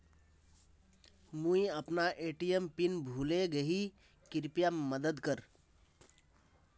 मुई अपना ATM PIN भूले गही कृप्या मदद कर